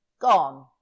Gone